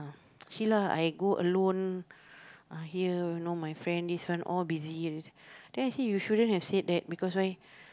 Shila I go alone uh here you know my friend this one all busy then I said you shouldn't have said that because why